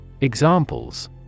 Examples